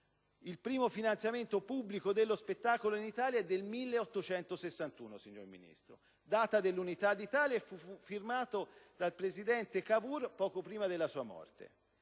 il primo finanziamento pubblico dello spettacolo in Italia risale al 1861, signor Ministro, data dell'Unità d'Italia, e fu firmato dal presidente Cavour poco prima della sua morte;